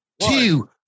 two